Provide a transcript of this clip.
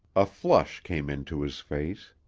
a flush came into his face.